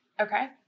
Okay